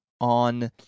on